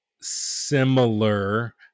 similar